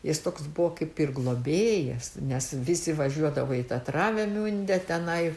jis toks buvo kaip ir globėjas nes visi važiuodavo į tą traveliunde tenai